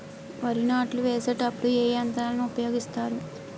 వరి నాట్లు వేసేటప్పుడు ఏ యంత్రాలను ఉపయోగిస్తారు?